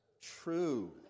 true